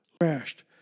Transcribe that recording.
crashed